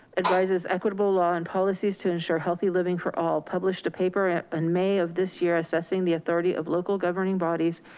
advises equitable law and policies to ensure healthy living for all published a paper in and may of this year, assessing the authority of local governing bodies